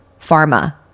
Pharma